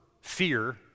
fear